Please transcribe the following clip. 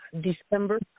December